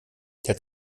der